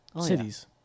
cities